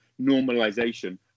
normalization